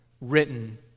written